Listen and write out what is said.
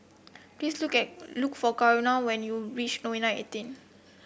please look at look for Karel when you reach Nouvel eighteen